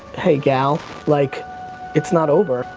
hey gal, like it's not over.